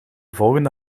volgende